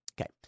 Okay